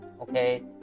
okay